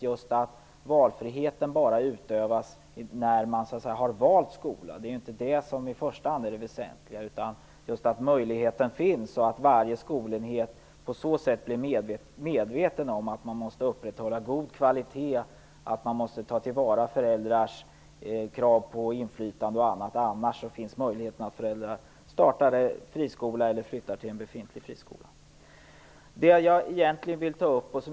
Man menar att valfriheten bara skulle utövas när man har valt skola. Men det är inte det som i första hand är väsentligt. Det väsentliga är att möjligheten finns, och att varje skolenhet på så sätt blir medveten om att man måste upprätthålla god kvalitet och ta till vara föräldrars krav på inflytande och annat. Annars finns möjligheten att föräldrar startar en friskola eller flyttar sina barn till en befintlig friskola.